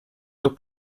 sur